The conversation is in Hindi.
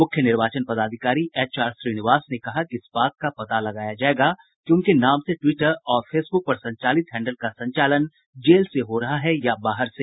मुख्य निर्वाचन पदाधिकारी एचआर श्रीनिवास ने कहा है कि इस बात का पता लगाया जायेगा कि उनके नाम से ट्वीटर और फेसबुक पर संचालित हैंडल का संचालन जेल से हो रहा है या बाहर से